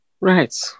Right